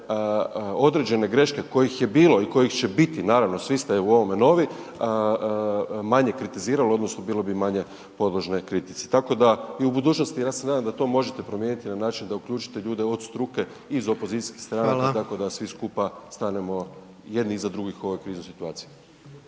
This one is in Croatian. određene greške kojih je bilo i kojih će biti, naravno, svi ste u ovome novi, manje kritiziralo, odnosno bile bi manje podložne kritici. Tako da, i u budućnosti, ja se nadam da to možete promijeniti na način da uključite ljude od struke iz opozicijskih stanaka .../Upadica predsjednik: Hvala./... tako da svi skupa stanemo jedni iza drugih u ovoj kriznoj situaciji.